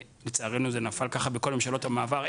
לצערנו זה נפל ככה בכל ממשלות המעבר.